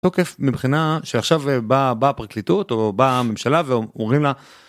תוקף מבחינה שעכשיו באה פרקליטות או באה הממשלה ואומרים לה